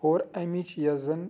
اور اَمِچ یۄس زَن